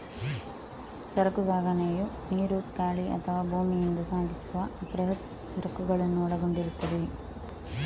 ಸರಕು ಸಾಗಣೆಯು ನೀರು, ಗಾಳಿ ಅಥವಾ ಭೂಮಿಯಿಂದ ಸಾಗಿಸುವ ಬೃಹತ್ ಸರಕುಗಳನ್ನು ಒಳಗೊಂಡಿರುತ್ತದೆ